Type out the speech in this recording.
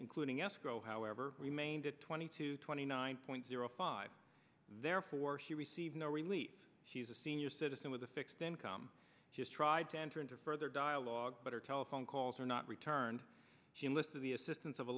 including escrow however remained at twenty two twenty nine point zero five therefore she received no relief she's a senior citizen with a fixed income just tried to enter into further dialogue but her telephone calls were not returned she enlisted the assistance of a